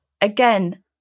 again